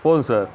போதும் சார்